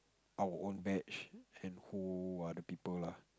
our own batch and who are the people lah